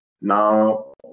Now